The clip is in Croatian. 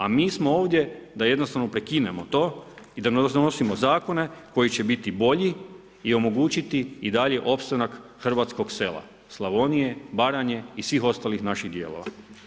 A mi smo ovdje da jednostavno prekinemo to i da donosimo zakone koji će biti bolji i omogućiti i dalje opstanak hrvatskog sela, Slavonije, Baranje i svih ostalih naših dijelova.